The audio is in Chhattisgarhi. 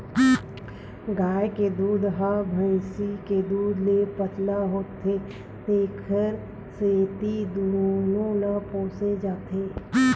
गाय के दूद ह भइसी के दूद ले पातर होथे तेखर सेती दूनो ल पोसे जाथे